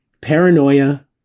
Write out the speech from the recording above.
Paranoia